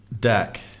deck